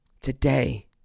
Today